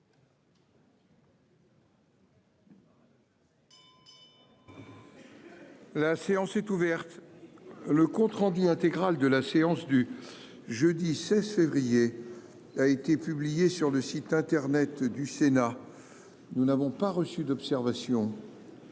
La séance est ouverte. Le compte-rendu intégral de la séance du jeudi 16 février, a été publié sur le site internet du Sénat. Nous n'avons pas reçu d'observation.